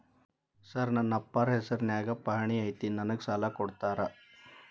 Sir ನನ್ನ ಅಪ್ಪಾರ ಹೆಸರಿನ್ಯಾಗ್ ಪಹಣಿ ಐತಿ ನನಗ ಸಾಲ ಕೊಡ್ತೇರಾ?